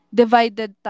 divided